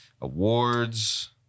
awards